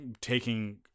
taking